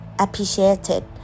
appreciated